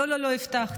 לא לא לא, הבטחתי.